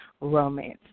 romance